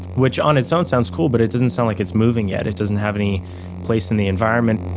which on its own sounds cool, but it doesn't sound like it's moving yet. it doesn't have any place in the environment